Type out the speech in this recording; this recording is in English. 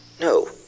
No